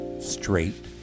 straight